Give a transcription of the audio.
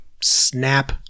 snap